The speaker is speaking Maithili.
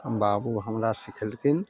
बाबू हमरा सीखेलखिन